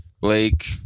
Blake